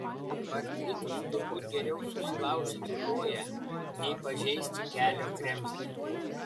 parkritus turbūt geriau susilaužyti koją nei pažeisti kelio kremzlę